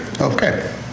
okay